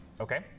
Okay